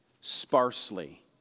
sparsely